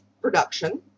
production